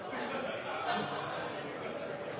vi har,